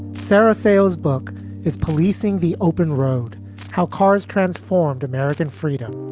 sarah sales book is policing the open road how cars transformed american freedom.